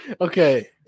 Okay